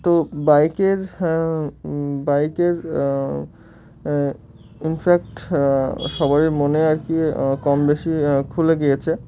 তো বাইকের বাইকের ইনফ্যাক্ট সবারই মনে আর কি কম বেশি খুলে গিয়েছে